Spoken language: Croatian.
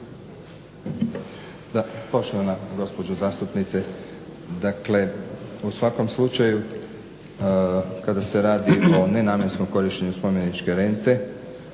Da, poštovana gospođo zastupnice dakle, u svakom slučaju kada se radi o nenamjenskom korištenju spomeničke rente,